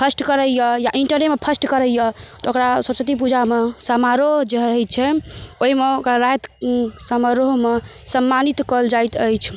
first करैत यऽ या इण्टरेमे फर्स्ट करैत यऽ तऽ ओकरा सरस्वती पूजामे समारोह जे होइत छै ओहिमे ओकरा राति समारोहमे सम्मानित कएल जाइत अछि